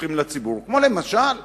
פותחים לציבור, כמו למשל פרטיות,